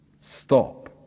Stop